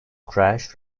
crash